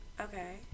Okay